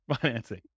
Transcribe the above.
financing